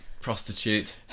prostitute